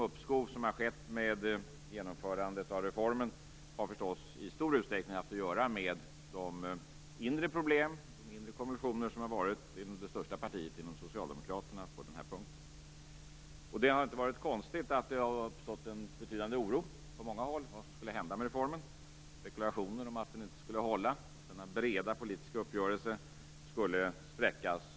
Uppskoven med genomförandet av reformen har förstås i stor utsträckning haft att göra med de inre problemen - de inre konversionerna - som har funnits inom det största partiet, Socialdemokraterna, på den här punkten. Det är inte konstigt att det har uppstått en betydande oro på många håll över vad som skulle hända med reformen. Det har varit spekulationer om att den inte skulle hålla och att denna breda politiska uppgörelse skulle spräckas.